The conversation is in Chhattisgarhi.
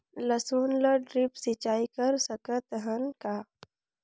लसुन ल ड्रिप सिंचाई कर सकत हन का?